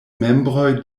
membroj